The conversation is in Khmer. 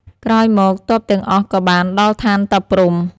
ក្រោយមក ទ័ពទាំងអស់ក៏បានដល់ឋានតាព្រហ្ម ។